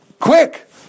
Quick